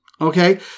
Okay